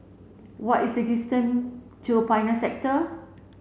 what is the distance to Pioneer Sector